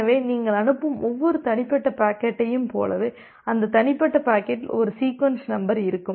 எனவே நீங்கள் அனுப்பும் ஒவ்வொரு தனிப்பட்ட பாக்கெட்டையும் போலவே அந்த தனிப்பட்ட பாக்கெட்டில் ஒரு சீக்வென்ஸ் நம்பர் இருக்கும்